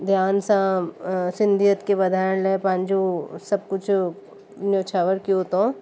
ध्यान सां सिंधियत खे वधाइण लाइ पंहिंजो सभु कुझु नयोछावर कयो अथव